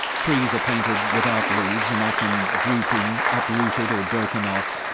trees are painted without leaves and often drooping, uprooted or broken off,